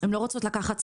הן לא רוצות לקחת סיכונים,